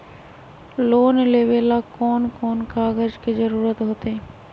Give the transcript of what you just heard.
Loan लेवेला कौन कौन कागज के जरूरत होतई?